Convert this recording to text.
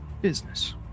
business